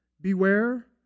beware